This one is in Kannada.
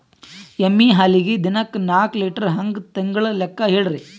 ಎಮ್ಮಿ ಹಾಲಿಗಿ ದಿನಕ್ಕ ನಾಕ ಲೀಟರ್ ಹಂಗ ತಿಂಗಳ ಲೆಕ್ಕ ಹೇಳ್ರಿ?